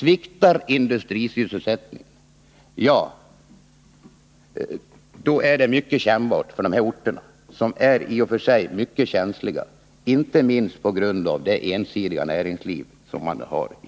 Sviktar industrisysselsättningen, blir det mycket besvärligt för i och för sig mycket känsliga orter, inte minst på grund av det ensidiga näringslivet i